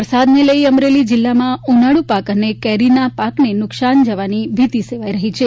વરસાદને લઇને અમરેલી જિલ્લામાં ઉનાળુ પાક અને કેરીના પાકને નુકસાન જવાની ભીતિ સેવાઇ રહી છે